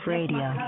Radio